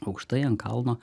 aukštai ant kalno